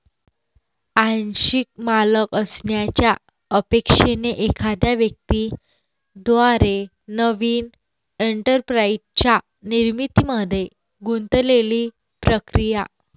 आंशिक मालक असण्याच्या अपेक्षेने एखाद्या व्यक्ती द्वारे नवीन एंटरप्राइझच्या निर्मितीमध्ये गुंतलेली प्रक्रिया